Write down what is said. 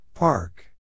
Park